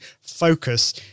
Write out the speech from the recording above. focus